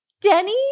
Denny